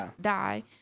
die